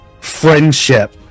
friendship